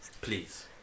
please